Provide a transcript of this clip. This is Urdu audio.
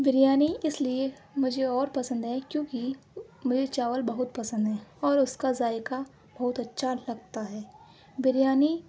بریانی اس لیے مجھے اور پسند ہے کیونکہ مجھے چاول بہت پسند ہیں اور اس کا ذائقہ بہت اچھا لگتا ہے بریانی